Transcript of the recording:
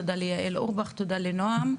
תודה ליעל אורבך ותודה לנועם,